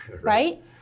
right